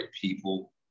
people